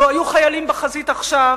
לו היו חיילים בחזית עכשיו